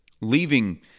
leaving